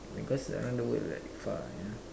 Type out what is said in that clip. because around the world like far yeah